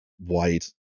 wide